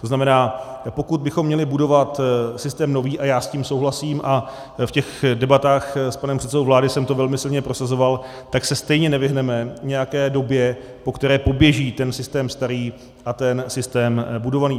To znamená, pokud bychom měli budovat systém nový, a já s tím souhlasím a v debatách s panem předsedou vlády jsem to velmi silně prosazoval, tak se stejně nevyhneme nějaké době, po které poběží ten systém starý a systém budovaný.